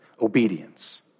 obedience